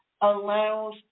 allows